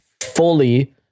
fully